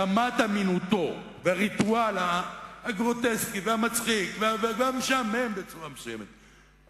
רמת אמינותו והריטואל הגרוטסקי והמצחיק והמשעמם בצורה מסוימת,